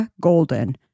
Golden